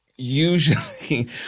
Usually